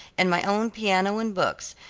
and my own piano and books.